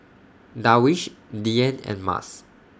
Darwish Dian and Mas